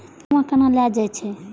बीमा केना ले जाए छे?